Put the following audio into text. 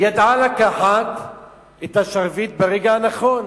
היא ידעה לקחת את השרביט ברגע הנכון.